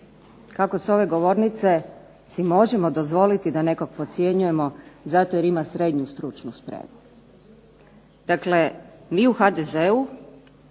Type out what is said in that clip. Kako s ove govornice si možemo dozvoliti da nekog podcjenjujemo zato jer ima srednju stručnu spremu. Dakle mi u HDZ-u